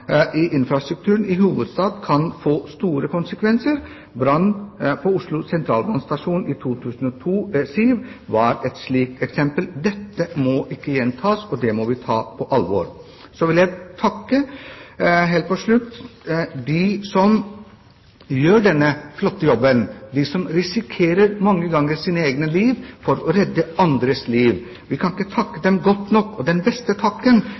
i infrastrukturen i hovedstaden kan få store konsekvenser. Brannen på Oslo Sentralbanestasjon i 2007 var et slikt eksempel. Dette må ikke gjenta seg – dette må vi ta på alvor. Så vil jeg helt til slutt takke dem som gjør denne flotte jobben, de som mange ganger risikerer sitt eget liv for å redde andres liv. Vi kan ikke takke dem godt nok. Den beste takken